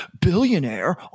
billionaire